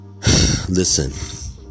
Listen